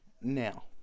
now